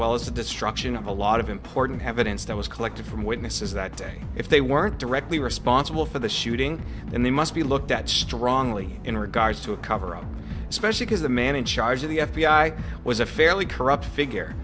well as the destruction of a lot of important evidence that was collected from witnesses that day if they weren't directly responsible for the shooting and they must be looked at strongly in regards to a coverup especially because the man in charge of the f b i was a fairly corrupt figure